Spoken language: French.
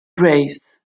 grace